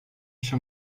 się